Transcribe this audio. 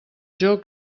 joc